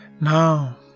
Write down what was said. Now